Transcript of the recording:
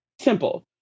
simple